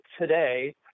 today